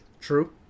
True